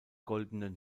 goldenen